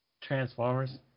transformers